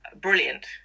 brilliant